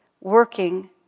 working